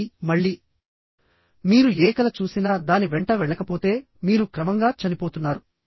కాబట్టిమళ్ళీ మీరు ఏ కల చూసినా దాని వెంట వెళ్లకపోతే మీరు క్రమంగా చనిపోతున్నారు